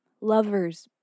lovers